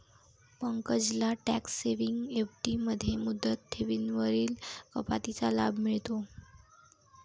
पंकजला tax saving FD मध्ये मुदत ठेवींवरील कपातीचा लाभ मिळतो